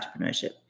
entrepreneurship